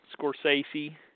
Scorsese